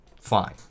fine